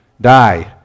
die